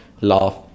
laugh